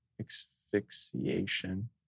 asphyxiation